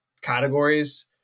categories